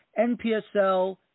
NPSL